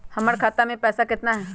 हमर खाता मे पैसा केतना है?